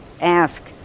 ask